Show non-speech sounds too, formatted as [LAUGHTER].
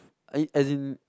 [NOISE] as in